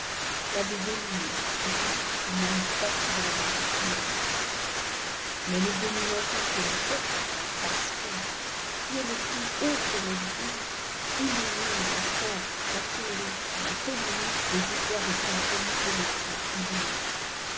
l'abbé delille qui fut une infatigable machine à décrire mais les dominant tous de la tête pascal qui est le plus haut sommet du pays illumine la science la théologie la polémique des éclairs de son génie pénétrant et douloureux